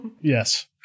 Yes